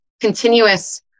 continuous